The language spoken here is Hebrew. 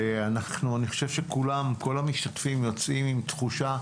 ואני חושב שכל המשתתפים יוצאים עם תחושה,